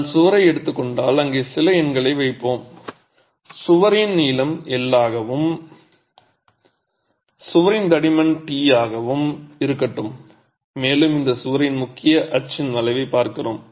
நாம் சுவரை எடுத்துக் கொண்டால் அங்கே சில எண்களை வைப்போம் சுவரின் நீளம் L ஆகவும் சுவரின் தடிமன் t ஆகவும் இருக்கட்டும் மேலும் இந்தச் சுவரின் முக்கிய அச்சின் வளைவைப் பார்க்கிறோம்